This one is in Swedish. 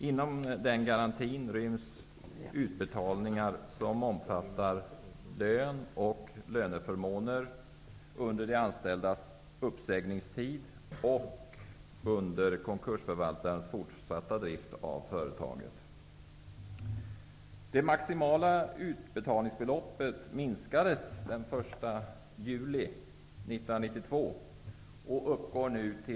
Inom garantin ryms utbetalningar som omfattar lön och löneförmåner under de anställdas uppsägningstid och under konkursförvaltarens fortsatta drift av företaget.